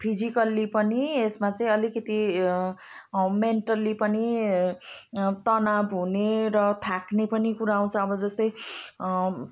physically पनि यसमा चाहिँ अलिकति मेन्टल्ली पनि तनाउ हुने र थाक्ने पनि कुरा आउँछ अब जस्तै